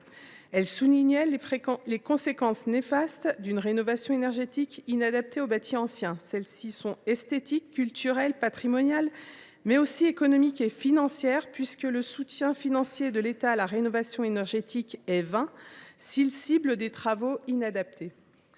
également les conséquences néfastes d’une rénovation énergétique inadaptée au bâti ancien : celles ci sont esthétiques, culturelles, patrimoniales, mais aussi économiques et financières, puisque le soutien pécuniaire de l’État à la rénovation énergétique est vain s’il cible des travaux inadaptés.